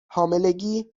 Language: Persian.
حاملگی